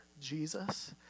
Jesus